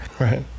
right